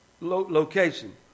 location